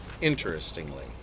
interestingly